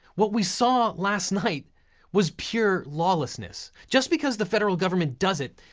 what we saw last night was pure lawlessness. just because the federal government does it,